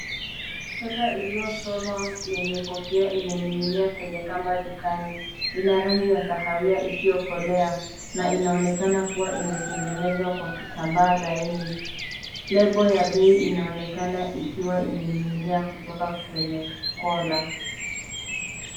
Sweta iliyoshonwa yenye kofia imening'inia kwenye kamba dukani. Ina rangi ya kahawia isiokolea na inaonekana kuwa imetengenezwa kwa kitambaa laini. Lebo ya bei inaonekana ikiwa imening'inia kutoka kwenye kola.